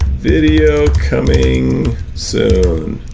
video coming so